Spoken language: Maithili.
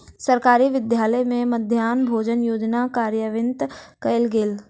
सरकारी विद्यालय में मध्याह्न भोजन योजना कार्यान्वित कयल गेल